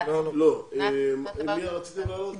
אנחנו עוזרים לעצמנו.